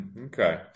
Okay